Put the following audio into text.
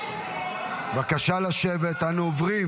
אנו עוברים